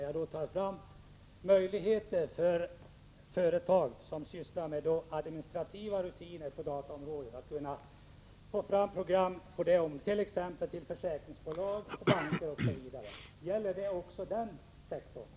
Jag avser möjligheter för företag, som sysslar med administrativa rutiner på dataområdet, att få fram program till försäkringsbolag, banker osv. Gäller industriministerns uttalande också den sektorn?